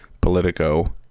Politico